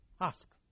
Ask